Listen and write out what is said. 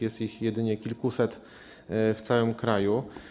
Jest ich jedynie kilkuset w całym kraju.